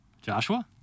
joshua